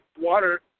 water